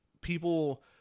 people